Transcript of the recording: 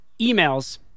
emails